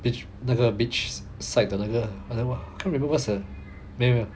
beach 那个 beach side 的那个那个 I can't remember what's the name eh